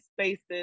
spaces